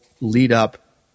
lead-up